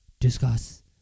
Discuss